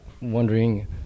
wondering